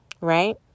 Right